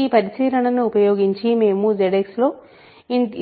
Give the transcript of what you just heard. ఈ పరిశీలనను ఉపయోగించి మేము ZX లో